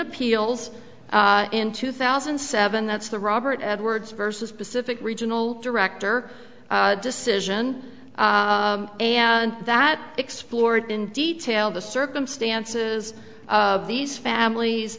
appeals in two thousand and seven that's the robert edwards versus pacific regional director decision and that explored in detail the circumstances of these families